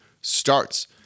starts